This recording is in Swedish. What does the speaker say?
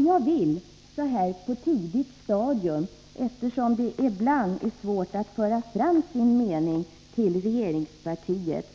Jag vill på detta tidiga stadium, eftersom det ibland är svårt att föra fram sin mening till regeringspartiet,